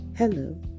Hello